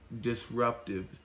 disruptive